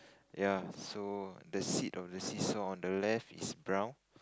ya so the sit on the seesaw on the left is brown